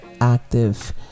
active